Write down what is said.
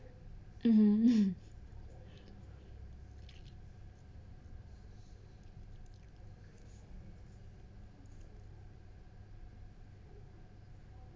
mmhmm